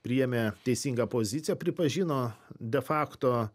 priėmė teisingą poziciją pripažino de facto